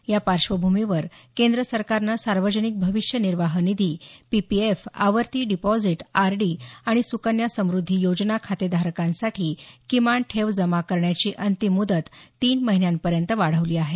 या पार्श्वभूमीवर केंद्र सरकारनं सार्वजनिक भविष्य निर्वाह निधी पीपीएफ आवर्ती डिपॉझिट आरडी आणि सुकन्या समृद्धी योजना खातेधारकांसाठी किमान ठेव जमा करण्याची अंतिम मुदत तीन महिन्यांपर्यंत वाढवली आहे